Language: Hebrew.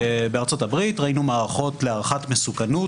בארצות הברית ראינו מערכות להערכת מסוכנות